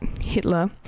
Hitler